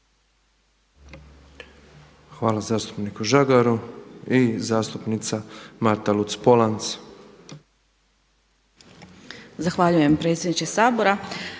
Hvala zastupniku Žagaru. I zastupnica Marta Luc-Polanc.